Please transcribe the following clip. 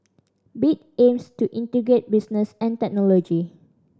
bit aims to integrate business and technology